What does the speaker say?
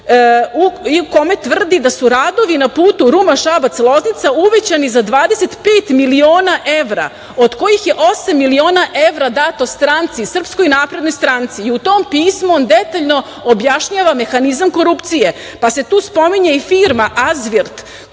u kome tvrdi da su radovi na putu Ruma-Šabac-Loznica uvećani za 25 miliona evra od kojih je osam miliona evra dato stranci Srpskoj naprednoj stranci. U tom pismu on detaljno objašnjava mehanizam korupcije, pa se tu spominje i firma AzVirt